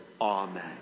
Amen